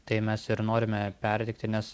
tai mes ir norime perteikti nes